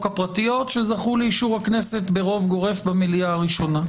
הפרטיות שזכו לאישור הכנסת ברוב גורף בקריאה הטרומית.